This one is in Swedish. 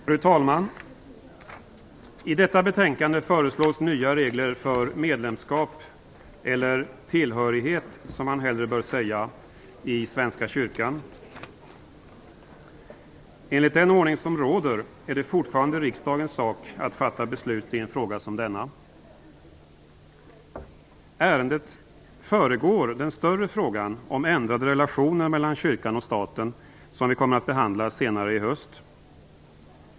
Fru talman! I detta betänkande föreslås nya regler för medlemskap - eller tillhörighet, som man hellre bör säga - i Svenska kyrkan. Enligt den ordning som råder är det fortfarande riksdagens sak att fatta beslut i en fråga som denna. Ärendet föregår den större frågan om ändrade relationer mellan kyrkan och staten, som vi kommer att behandla senare i höst.